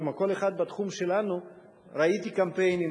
כמו כל אחד בתחום שלנו ראיתי קמפיינים,